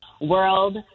world